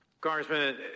Congressman